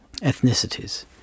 ethnicities